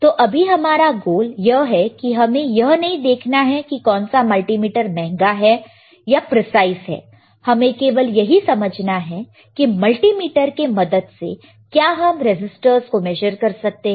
तो अभी हमारा गोल यह है कि हमें यह नहीं देखना है कि कौन सा मल्टीमीटर महंगा है या प्रीसाइस है हमें केवल यही समझना है कि मल्टीमीटर के मदद से क्या हम रेसिस्टर्स को मेजर कर सकते हैं